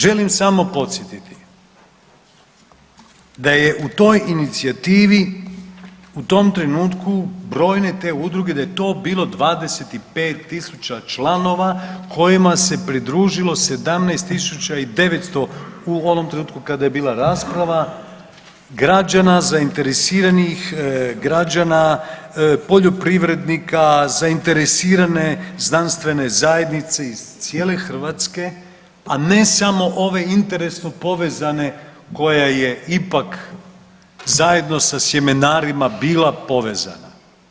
Želim samo podsjetiti da je u toj inicijativi u tom trenutku brojne te udruge, da je to bilo 25 tisuća članova kojima se pridružilo 17 900 u onom trenutku kada je bila rasprava, građana, zainteresiranih građana, poljoprivrednika, zainteresirane znanstvene zajednice iz cijele Hrvatske, a ne samo ove interesno povezane koja je ipak zajedno sa sjemenarima bila povezana.